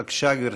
בבקשה, גברתי.